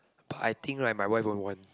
but I think right my wife won't want